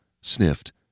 sniffed